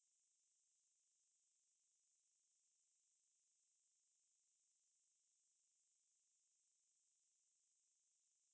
是 lor but okay 看听起来是 like 行得通 lor you know they like the 抢答 snatch snatch the question one ya